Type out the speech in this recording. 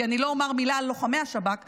כי אני לא אומר מילה על לוחמי השב"כ,